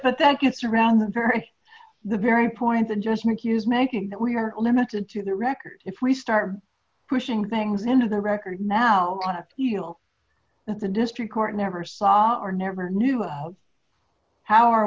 but that gets around the very the very point the just mickey is making that we are limited to the record if we start pushing things into the record now you know that the district court never saw or never knew how are